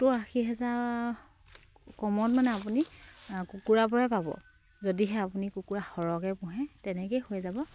সত্তৰ আশী হাজাৰ কমত মানে আপুনি কুকুৰাৰ পৰাই পাব যদিহে আপুনি কুকুৰা সৰহকে পোহে তেনেকেই হৈ যাব